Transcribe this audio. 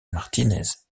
martínez